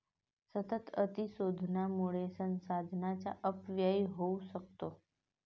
सतत अतिशोषणामुळे संसाधनांचा अपव्यय होऊ शकतो